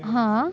हां